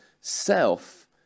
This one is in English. self